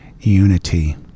unity